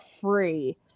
free